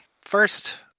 first